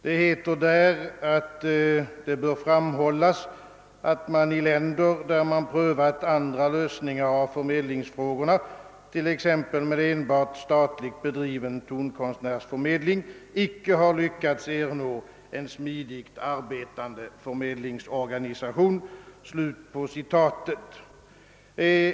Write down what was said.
Det heter där: »Det borde också framhållas att man i länder — där man prövat andra lösningar av förmedlingsfrågorna — icke har lyckats ernå en smidigt arbetande förmedlingsorganisation.» Jag förutsätter, att detta är riktigt.